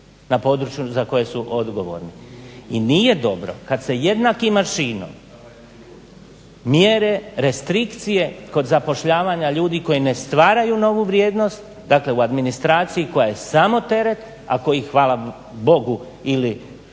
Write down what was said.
na području za koje su odgovorne. I nije dobro kad se jednakim aršinom mjere restrikcije kod zapošljavanja ljudi koji ne stvaraju novu vrijednost, dakle u administraciji koja je samo teret, a kojih hvala Bogu ili